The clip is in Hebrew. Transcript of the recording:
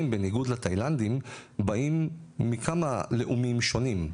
בניגוד לתאילנדים באים מכמה לאומים שונים,